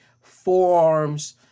forearms